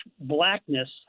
blackness